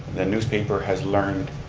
the newspaper has learned,